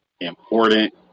important